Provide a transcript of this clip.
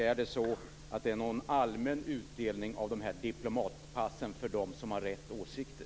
Är det någon allmän utdelning av diplomatpassen för dem som har rätt åsikter?